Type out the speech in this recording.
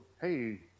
hey